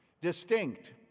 distinct